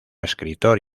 escritor